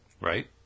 right